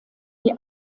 die